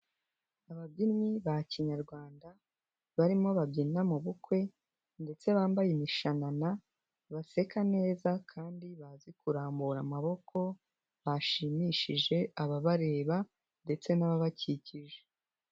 Ababyinnyi ba kinyarwanda barimo babyina mu bukwe ndetse bambaye imishanana, baseka neza kandi bazi kurambu amaboko bashimishije ababareba ndetse n'ababakikije.